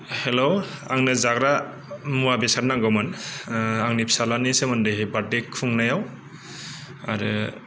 हेल' आंनो जाग्रा मुवा बेसाद नांगौमोन आंनि फिसालानि सोमोन्दै बार्डे खुंनायाव आरो